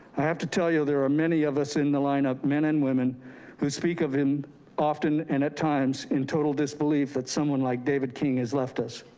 i have to tell you, there are many of us in the lineup, men and women who speak of him often, and at times in total disbelief, that someone like david king has left us.